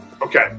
Okay